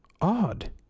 Odd